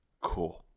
Cool